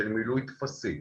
מילוי הטפסים